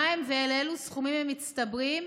מהם ולאילו סכומים הם מצטברים,